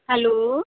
hello